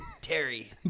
Terry